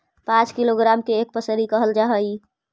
पांच किलोग्राम के एक पसेरी कहल जा हई